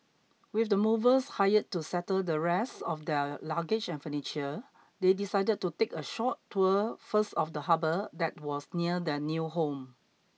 with the movers hired to settle the rest of their luggage and furniture they decided to take a short tour first of the harbour that was near their new home